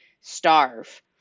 starve